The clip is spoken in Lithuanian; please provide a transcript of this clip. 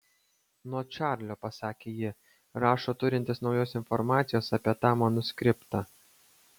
nuo čarlio pasakė ji rašo turintis naujos informacijos apie tą manuskriptą